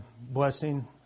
blessing